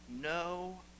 no